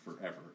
forever